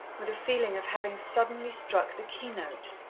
with a feeling of having suddenly struck the keynote.